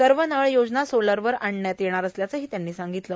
सव नळ योजना सोलरवर आणण्यात येणार असल्याचंही त्यांनी सांगतलं